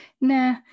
nah